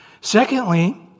Secondly